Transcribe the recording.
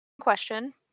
Question